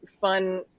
fun